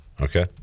okay